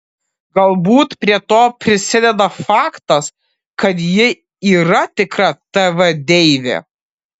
galbūt prie to prisideda faktas kad ji yra tikra tv deivė